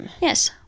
Yes